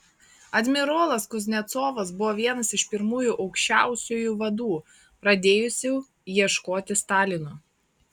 admirolas kuznecovas buvo vienas iš pirmųjų aukščiausiųjų vadų pradėjusių ieškoti stalino